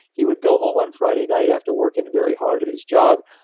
he would go home on friday night after working very hard at his job,